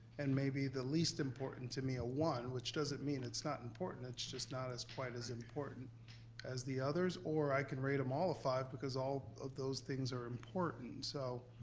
and maybe the least important to me a one, which doesn't mean it's not important. it's just not as quite as important as the others. or i can rate em all a five, because all of those things are important. so,